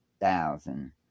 thousand